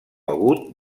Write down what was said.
agut